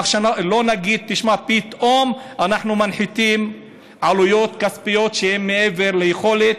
כך שלא נגיד פתאום: אנחנו מנחיתים עלויות כספיות שהן מעבר ליכולת.